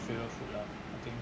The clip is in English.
favourite food lah I think